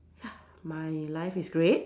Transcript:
ya my life is great